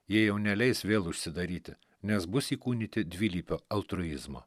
jie jau neleis vėl užsidaryti nes bus įkūnyti dvilypio altruizmo